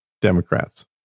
Democrats